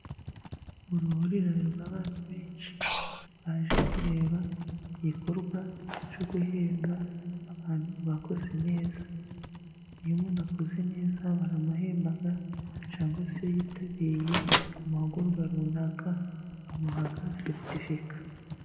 Uruhurirane rw'abantu benshi, baje kureba igikorwa cyo guhemba abantu bakoze neza, iyo umuntu akoze neza baramuhemba, cyangwa se iyo yitabiriye amahugurwa runaka bamuha seretifika.